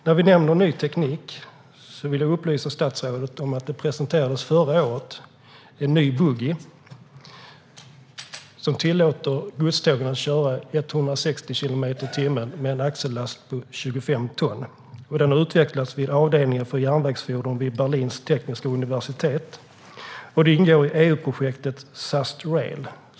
När vi nämner ny teknik vill jag upplysa statsrådet om att det förra året presenterades en ny boggi som tillåter godstågen att köra 160 kilometer i timmen med en axellast på 25 ton. Den har utvecklats på avdelningen för järnvägsfordon vid Berlins tekniska universitet och ingår i EU-projektet Sustrail.